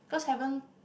cause haven't